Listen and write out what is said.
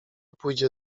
pójdzie